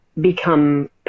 become